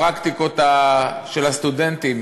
הפרקטיקות של הסטודנטים,